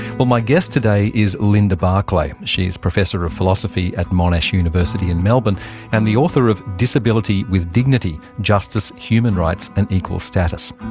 well, my guest today is linda barclay. she's professor of philosophy at monash university in melbourne and the author of disability with dignity justice, human rights and equal status.